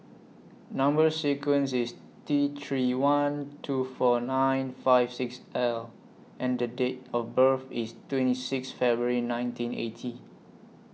Number sequence IS T three one two four nine five six L and The Date of birth IS twenty six February nineteen eighty